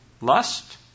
lust